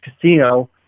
Casino